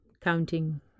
counting